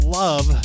love